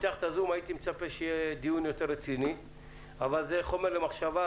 הייתי מצפה שיהיה דיון יותר רציני אבל זה חומר למחשבה